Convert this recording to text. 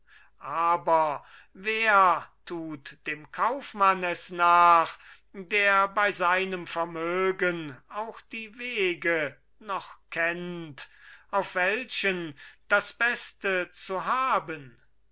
aber wer tut dem kaufmann es nach der bei seinem vermögen auch die wege noch kennt auf welchen das beste zu haben